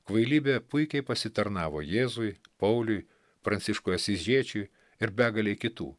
kvailybė puikiai pasitarnavo jėzui pauliui pranciškui asyžiečiui ir begalei kitų